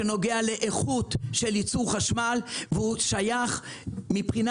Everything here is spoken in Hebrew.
שנוגע לאיכות של ייצור חשמל והוא שייך מבחינה